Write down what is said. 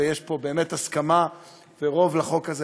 ויש פה באמת הסכמה ורוב לחוק הזה.